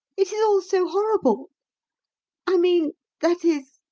it is all so horrible i mean that is.